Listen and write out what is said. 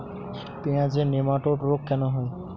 পেঁয়াজের নেমাটোড রোগ কেন হয়?